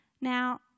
Now